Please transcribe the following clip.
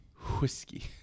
Whiskey